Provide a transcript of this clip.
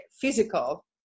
physical